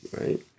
right